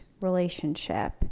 relationship